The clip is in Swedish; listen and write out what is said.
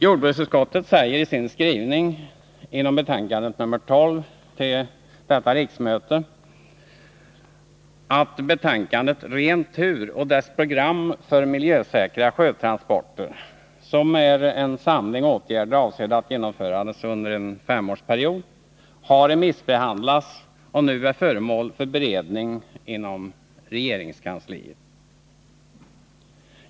Jordbruksutskottet säger i sin skrivning i betänkande nr 12 till detta riksmöte att betänkandet Ren tur och dess program för miljösäkra sjötransporter, som är en samling åtgärder avsedda att genomföras under en femårsperiod, har remissbehandlats och nu är föremål för beredning inom regeringskansliet.